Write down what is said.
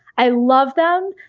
i love them.